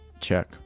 Check